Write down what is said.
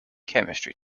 chemistry